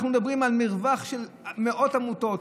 אנחנו מדברים על מרווח של מאות עמותות,